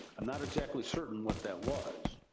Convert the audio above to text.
i'm not exactly certain what that was.